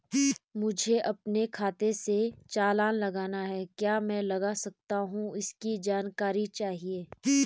मुझे अपने खाते से चालान लगाना है क्या मैं लगा सकता हूँ इसकी जानकारी चाहिए?